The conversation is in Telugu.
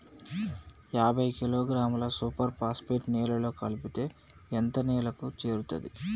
యాభై కిలోగ్రాముల సూపర్ ఫాస్ఫేట్ నేలలో కలిపితే ఎంత నేలకు చేరుతది?